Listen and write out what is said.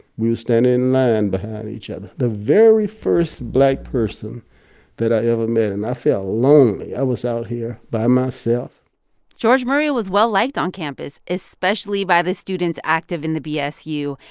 we were standing in line behind each other. the very first black person that i ever met, and i felt lonely. i was out here by myself george murray was well-liked on campus, especially by the students active in the bsu,